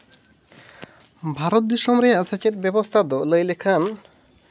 ᱵᱷᱟᱨᱚᱛ ᱫᱤᱥᱚᱢ ᱨᱮᱭᱟᱜ ᱥᱮᱪᱮᱫ ᱵᱮᱵᱚᱥᱛᱷᱟ ᱫᱚ ᱞᱟᱹᱭ ᱞᱮᱠᱷᱟᱱ